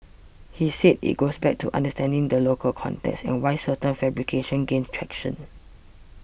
he said it goes back to understanding the local context and why certain fabrications gain traction